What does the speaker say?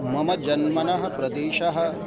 मम जन्मनः प्रदेशः